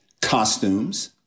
costumes